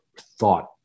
thought